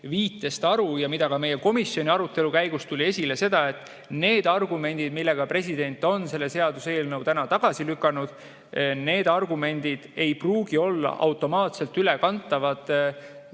viitest aru ja ka meie komisjoni arutelu käigus tuli esile see, et need argumendid, millega president on selle seaduseelnõu täna tagasi lükanud, ei pruugi olla automaatselt ülekantavad